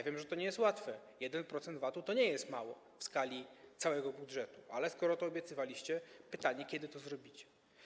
Wiem, że to nie jest łatwe, 1% VAT-u to nie jest mało w skali całego budżetu, ale skoro to obiecywaliście, to pytanie, kiedy to zrobicie.